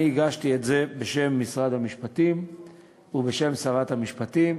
אני הגשתי את זה בשם משרד המשפטים ובשם שרת המשפטים,